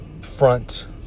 front